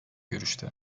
görüşte